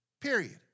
period